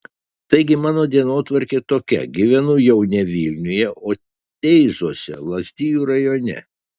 taigi mano dienotvarkė tokia gyvenu jau ne vilniuje o teizuose lazdijų rajone